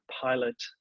pilot